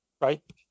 right